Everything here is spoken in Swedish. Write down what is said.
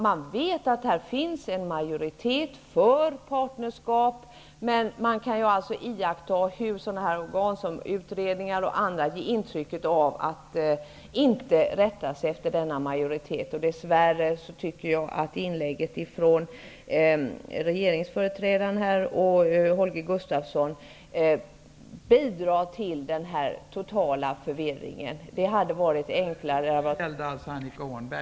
Man vet att här finns en majoritet för partnerskap, man man kan iaktta hur utredningar och andra organ ger intryck av att inte rätta sig efter denna majoritet. Dess värre tycker jag att inlägget från regeringsföreträdaren Holger Gustafsson bidrar till den totala förvirringen. (Talmannen: Jag erinrar om att repliken gäller